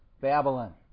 Babylon